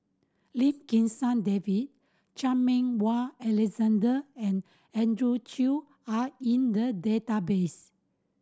Lim Kim San David Chan Meng Wah Alexander and Andrew Chew are in the database